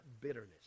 bitterness